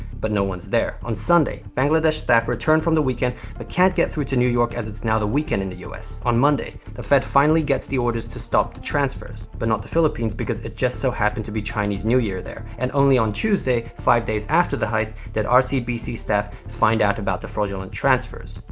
but no one's there. on sunday, bangladesh staff return from the weekend but can't get through to new york as it's now the weekend in the us. on monday, the fed finally gets the orders to stop the transfers, but not the philippines because it just so happened to be chinese new year there. and, only on tuesday, five days after the heist, that um rcbc staff find out about the fraudulent transfers.